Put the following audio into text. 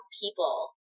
people